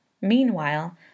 Meanwhile